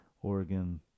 oregon